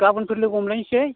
गाबोनफोर लोगो हमलायसै